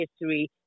history